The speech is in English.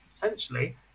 potentially